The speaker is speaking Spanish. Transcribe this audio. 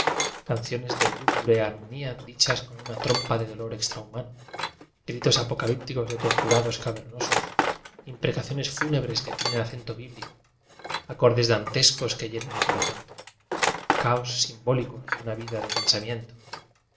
canciones de lúgubre har monía dichas con una trompa de dolor exfi'ahumano gritos apocalípticos de tortura dos cavernosos imprecaciones fúnebres fiue tienen acento bíblico acordes dantescos fiue hieren el corazón caos simbólicos de una vida de